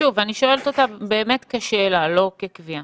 אני שואלת אותה באמת כשאלה, לא כקביעה.